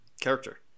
character